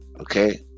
Okay